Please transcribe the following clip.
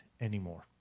anymore